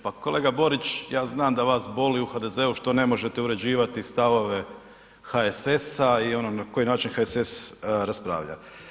Pa kolega Borić ja znam da vas boli u HDZ-u što ne možete uređivati stavove HSS i ono na koji način HSS raspravlja.